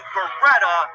Beretta